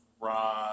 Ron